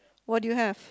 what do you have